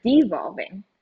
devolving